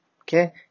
Okay